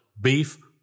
beef